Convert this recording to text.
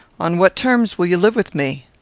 on what terms will you live with me?